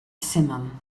simum